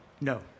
No